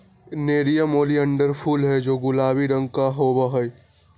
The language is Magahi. नेरियम ओलियंडर फूल हैं जो गुलाबी रंग के होबा हई